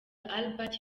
albert